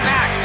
Mac